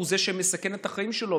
מסכן את החיים שלו,